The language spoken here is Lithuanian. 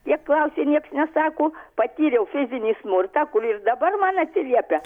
kiek klausi nieks nesako patyriau fizinį smurtą kur jis dabar man atsiliepia